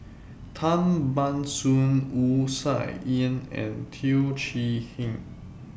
Tan Ban Soon Wu Tsai Yen and Teo Chee Hean